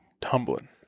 Tumbling